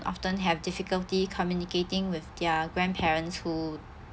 often have difficulty communicating with their grandparents who